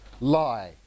lie